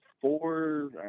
Four